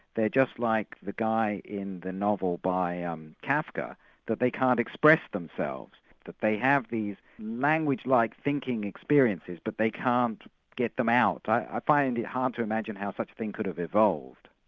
they're just like the guy in the novel by um kafka that they can't express themselves, that they have these language-like thinking experiences but they can't get them out. i find it hard to imagine how such a thing could have evolved.